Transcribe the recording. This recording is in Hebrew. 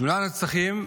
שמונה נרצחים,